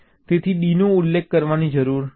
તેથી D નો ઉલ્લેખ કરવાની જરૂર નથી